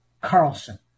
Carlson